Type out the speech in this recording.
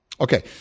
Okay